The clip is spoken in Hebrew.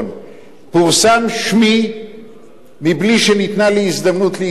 פורסם שמי בלי שניתנה לי הזדמנות להתגונן,